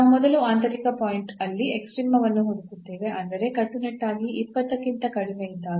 ನಾವು ಮೊದಲು ಆಂತರಿಕ ಪಾಯಿಂಟ್ ಅಲ್ಲಿ ಎಕ್ಸ್ಟ್ರೀಮವನ್ನು ಹುಡುಕುತ್ತೇವೆ ಅಂದರೆ ಕಟ್ಟುನಿಟ್ಟಾಗಿ 20 ಕ್ಕಿಂತ ಕಡಿಮೆ ಇದ್ದಾಗ